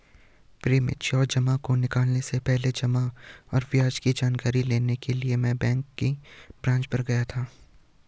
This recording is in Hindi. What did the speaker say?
प्रीमच्योर जमा को निकलने से पहले जमा और ब्याज की जानकारी लेने के लिए मैं बैंक की ब्रांच पर गया था